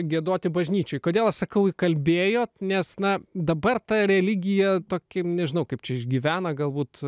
giedoti bažnyčioje kodėl sakau įkalbėjote nes na dabar ta religija tokiems nežinau kaip čia išgyvena galbūt